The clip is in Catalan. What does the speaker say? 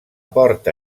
porta